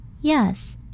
Yes